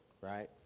right